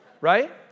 Right